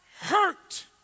hurt